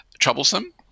troublesome